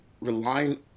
relying –